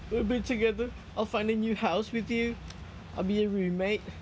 we'll be together I'll find a new house with you I'll be your roommate